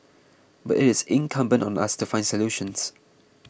but it is incumbent on us to find solutions